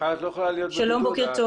בוקר טוב.